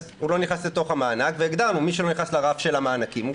הוא לא נכנס לתוך המענק והגדרנו מי שלא נכנס לרף של המענקים.